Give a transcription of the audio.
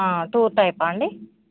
tour టైపా అండి